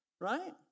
right